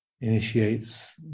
initiates